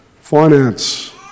finance